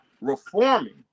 reforming